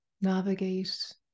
navigate